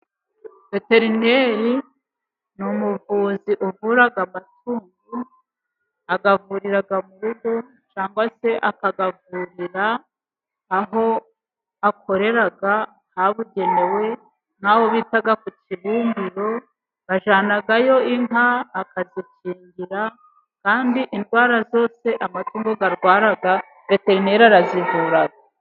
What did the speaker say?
Veterineri ni umuvuzi uvura amatungo, ayavurira mu rugo cyangwa se akayavurira aho akorera habugenewe. N'aho bita ku kibumbiro ajyanayo inka akazikingira, kandi indwara zose amatungo arwara Veterineri arazivura.